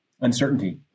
Uncertainty